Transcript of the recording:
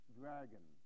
dragon